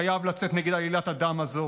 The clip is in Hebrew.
חייב לצאת נגד עלילת הדם הזו.